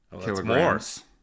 kilograms